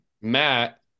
Matt